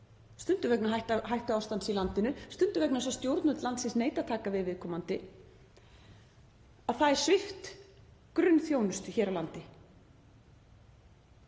stundum vegna hættuástands í landinu, stundum vegna þess að stjórnvöld landsins neita að taka við viðkomandi — er svipt grunnþjónustu hér á landi.